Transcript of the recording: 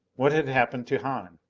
what had happened to hahn?